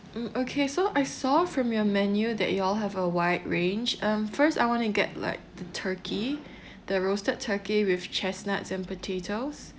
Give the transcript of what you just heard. mm okay so I saw from your menu that y'all have a wide range um first I want to get like the turkey the roasted turkey with chestnuts and potatoes